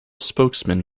spokesman